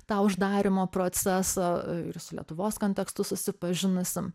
tą uždarymo procesą ir su lietuvos kontekstu susipažinusi